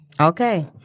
Okay